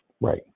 Right